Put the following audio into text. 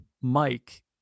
Mike